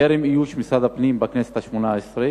בטרם אויש משרד הפנים בכנסת השמונה-עשרה,